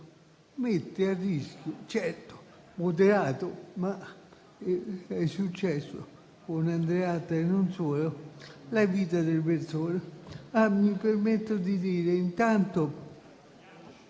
mette a rischio, certo moderato - ma è successo con Andreatta e non solo - la vita delle persone. Mi permetto di dire intanto